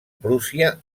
prússia